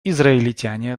израильтяне